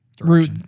route